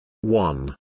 One